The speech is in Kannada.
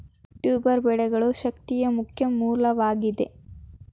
ಟ್ಯೂಬರ್ ಬೆಳೆಗಳು ಶಕ್ತಿಯ ಮುಖ್ಯ ಮೂಲವಾಗಿದೆ